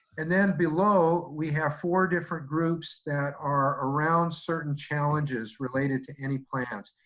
and then below, we have four different groups that are around certain challenges related to any plans.